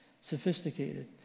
sophisticated